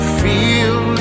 feel